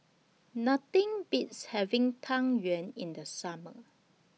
Nothing Beats having Tang Yuen in The Summer